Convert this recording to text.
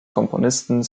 komponisten